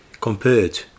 compared